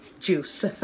Juice